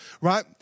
right